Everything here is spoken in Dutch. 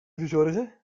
verzorgen